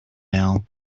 now